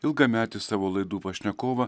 ilgametį savo laidų pašnekovą